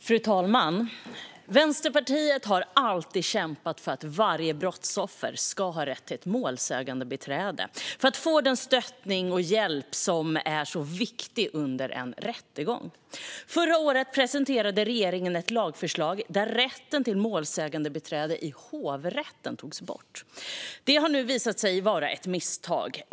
Fru talman! Vänsterpartiet har alltid kämpat för att varje brottsoffer ska ha rätt till ett målsägandebiträde för att få den stöttning och hjälp som är så viktig under en rättegång. Förra året presenterade regeringen ett lagförslag där rätten till målsägandebiträde i hovrätten togs bort. Det har nu visat sig vara ett misstag.